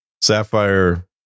sapphire